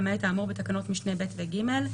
למעט האמור בתקנות משנה (ב) ו-(ג),